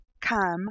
come